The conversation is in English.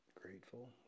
grateful